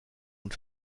und